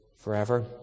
forever